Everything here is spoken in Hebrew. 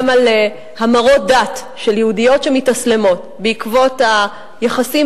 גם על המרות דת של יהודיות שמתאסלמות בעקבות היחסים